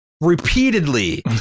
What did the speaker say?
repeatedly